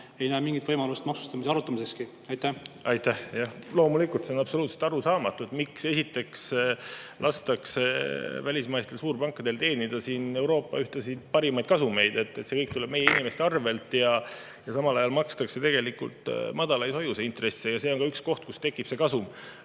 ei näe mingit võimalust maksustamise arutamisekski? Aitäh! Jah, loomulikult, see on absoluutselt arusaamatu, miks lastakse välismaistel suurpankadel teenida siin Euroopa ühtesid parimaid kasumeid – see kõik tuleb meie inimeste arvelt – ja samal ajal makstakse madalaid hoiuseintresse. See on ka üks koht, kus tekib see kasum. Aga